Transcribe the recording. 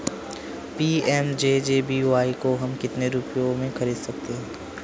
PMJJBY को हम कितने रुपयों में खरीद सकते हैं?